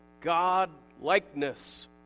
God-likeness